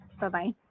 Bye-bye